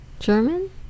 German